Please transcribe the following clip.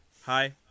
hi